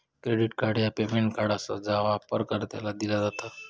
credit card ह्या payment card आसा जा वापरकर्त्यांका दिला जात